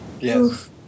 Yes